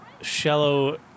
shallow